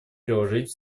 приложить